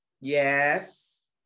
Yes